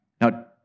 Now